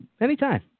Anytime